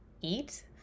eat